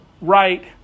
right